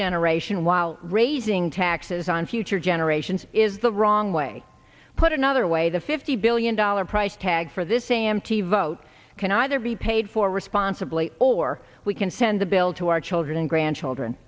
generation while raising taxes on future generations is the wrong way put another way the fifty billion dollars price tag for this a m t vote can either be paid for responsibly or we can send the bill to our children and grandchildren